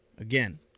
Again